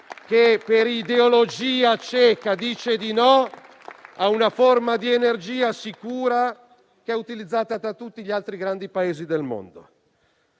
che, per ideologia cieca, dice di no a una forma di energia sicura, che è utilizzata da tutti gli altri grandi Paesi del mondo.